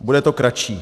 Bude to kratší.